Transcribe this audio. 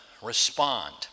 respond